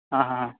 ಹಾಂ ಹಾಂ